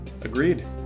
Agreed